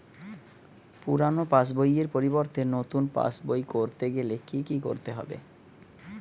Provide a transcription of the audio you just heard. পুরানো পাশবইয়ের পরিবর্তে নতুন পাশবই ক রতে গেলে কি কি করতে হবে?